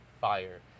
fire